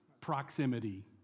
proximity